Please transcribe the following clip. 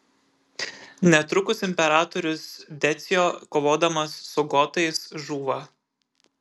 netrukus imperatorius decio kovodamas su gotais žūva